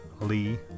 Lee